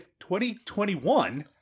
2021